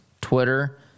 twitter